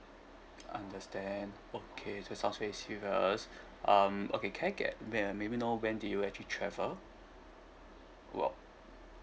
understand okay so sounds very serious um okay can I get uh maybe know when did you actually travel go out